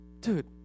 dude